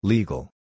Legal